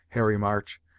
harry march,